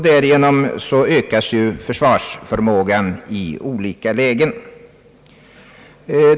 Därigenom ökas också försvarsförmågan i olika lägen.